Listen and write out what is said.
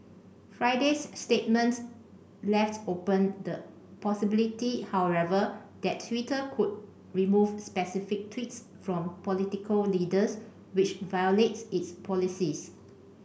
Friday's statement left open the possibility however that Twitter could remove specific tweets from political leaders which violate its policies